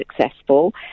successful